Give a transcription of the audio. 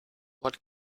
what